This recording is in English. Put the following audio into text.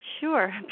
Sure